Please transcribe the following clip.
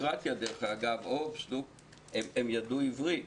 מי שעסק בדמוקרטיה, דרך אגב, הם ידעו עברית.